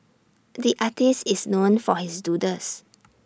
the artist is known for his doodles